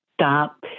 stop